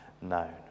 known